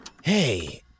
Hey